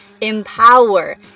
empower